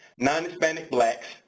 non-hispanic blacks,